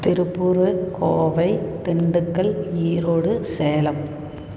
Tiruppur Kovai Dindigul Erode Salem